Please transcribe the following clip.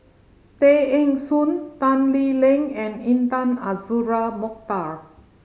Tay Eng Soon Tan Lee Leng and Intan Azura Mokhtar